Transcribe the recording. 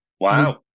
Wow